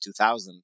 2000